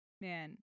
man